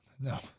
No